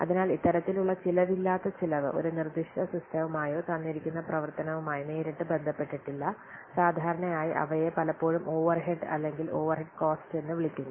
അതിനാൽ ഇത്തരത്തിലുള്ള ചിലവില്ലാത്ത ചിലവ് ഒരു നിർദ്ദിഷ്ട സിസ്റ്റവുമായോ തന്നിരിക്കുന്ന പ്രവർത്തനവുമായോ നേരിട്ട് ബന്ധപ്പെട്ടിട്ടില്ല സാധാരണയായി അവയെ പലപ്പോഴും ഓവർഹെഡ് അല്ലെങ്കിൽ ഓവർഹെഡ് കോസ്റ്റ് എന്ന് വിളിക്കുന്നു